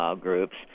groups